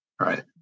Right